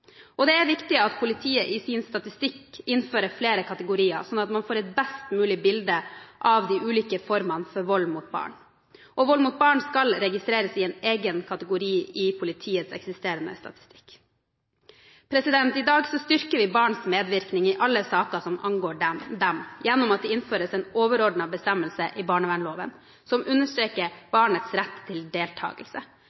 og det er viktig at politiet i sin statistikk innfører flere kategorier, sånn at man får et best mulig bilde av de ulike formene for vold mot barn. Vold mot barn skal registreres i en egen kategori i politiets eksisterende statistikk. I dag styrker vi barns medvirkning i alle saker som angår dem, gjennom at det innføres en overordnet bestemmelse i barnevernloven som understreker